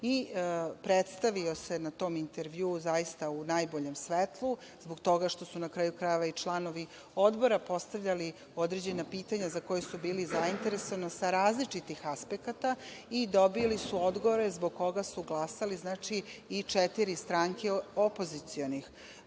i predstavio se na tom intervjuu zaista u najboljem svetlu zbog toga što su na kraju krajeva i članovi Odbora postavljali određena pitanja za koje su bili zainteresovani sa različitih aspekata i dobili su odgovore zbog koga su glasali i četiri stranke opozicionih